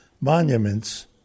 monuments